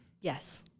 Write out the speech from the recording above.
yes